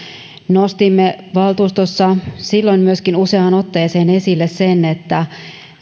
nostimme valtuustossa silloin myöskin useaan otteeseen esille sen että